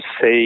say